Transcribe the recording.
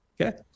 okay